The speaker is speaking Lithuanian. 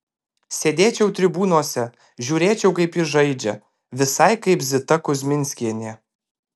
sėdėčiau tribūnose žiūrėčiau kaip jis žaidžia visai kaip zita kuzminskienė